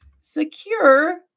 secure